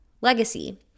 legacy